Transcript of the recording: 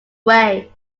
way